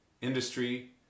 industry